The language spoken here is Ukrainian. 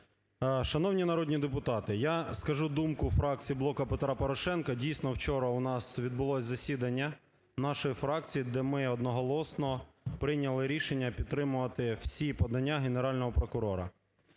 Шановні народні депутати, я скажу думку фракції "Блока Петра Порошенка". Дійсно, вчора у нас відбулось засідання нашої фракції, де ми одноголосно прийняли рішення підтримувати всі подання Генерального прокурора.